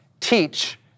teach